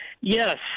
Yes